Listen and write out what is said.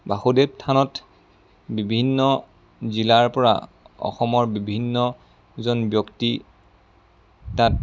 বাসুদেৱ থানত বিভিন্ন জিলাৰ পৰা অসমৰ বিভিন্নজন ব্যক্তি তাত